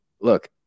look